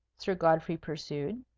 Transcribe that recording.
sir godfrey pursued.